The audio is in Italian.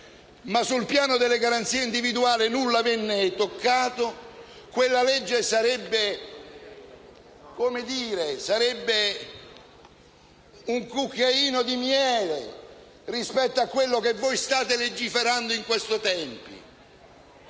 ma sul piano delle garanzie individuali nulla venne toccato. Quella legge sarebbe un cucchiaino di miele - per così dire - rispetto a quanto voi state legiferando in questi tempi.